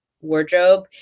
wardrobe